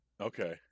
Okay